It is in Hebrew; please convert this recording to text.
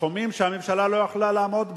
בסכומים שהממשלה לא יכלה לעמוד בהם.